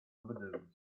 overdose